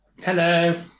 Hello